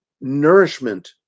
nourishment